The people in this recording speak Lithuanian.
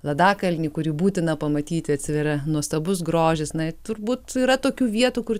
ladakalnį kurį būtina pamatyti atsiveria nuostabus grožis na turbūt yra tokių vietų kur